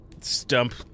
Stump